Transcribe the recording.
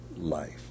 life